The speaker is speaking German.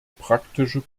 praktische